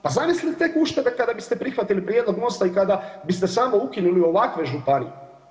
Pa zamislite tek uštede kada biste prihvatili prijedlog MOST-a i kada biste samo ukinuli ovakve županije?